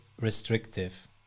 restrictive